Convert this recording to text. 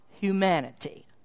humanity